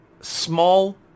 small